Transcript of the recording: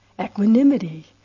equanimity